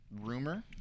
rumor